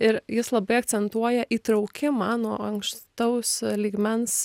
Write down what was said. ir jis labai akcentuoja įtraukimą nuo ankstaus lygmens